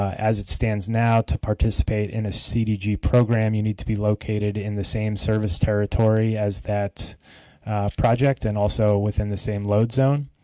as it stands now to participate in a cdg program you need to be located in the same service territory as that project and also within the same load zone.